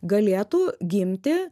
galėtų gimti